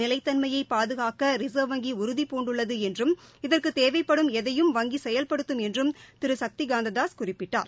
நிலைத்தன்மையபாதுகாக்கிசர்வ் நிதித்துறையில் வங்கிஉறுதிபூண்டுள்ளதுஎன்றும் இதற்குதேவைப்படும் எதையும் வங்கிசெயல்படுத்தும் என்றும் திருசக்திகாந்ததாஸ் குறிப்பிட்டார்